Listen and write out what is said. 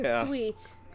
Sweet